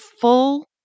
full